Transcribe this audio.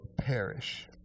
perish